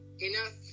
Enough